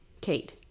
Kate